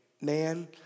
man